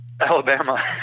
Alabama